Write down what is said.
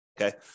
Okay